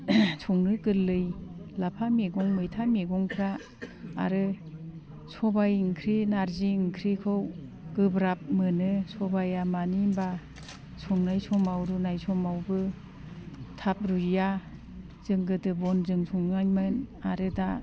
संनो गोरलै लाफा मैगं मैथा मैगंफ्रा आरो सबाय ओंख्रि नारजि ओंख्रिखौ गोब्राब मोनो सबाया मानो होनबा संनाय समाव रुनाय समावबो थाब रुया जों गोदो बनजों संनायमोन आरो दा